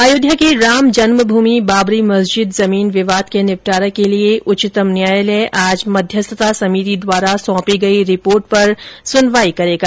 अयोध्या के राम जन्मभूमि बाबरी मस्जिद जमीन विवाद के निपटारे के लिए उच्चतम न्यायालय आज मध्यस्थता समिति द्वारा सौंपी गई रिपोर्ट पर सुनवाई करेगा